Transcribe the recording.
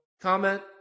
comment